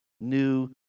new